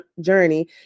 journey